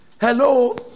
Hello